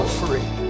free